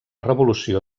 revolució